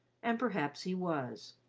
and perhaps he was.